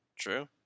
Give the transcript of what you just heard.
true